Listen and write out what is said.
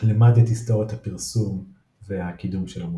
למד את היסטוריית הפרסום והקידום של המותג.